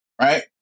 right